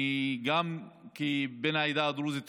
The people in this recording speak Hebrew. אני, גם כבן העדה הדרוזית,